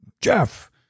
Jeff